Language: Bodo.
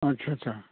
आच्चा आच्चा